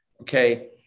Okay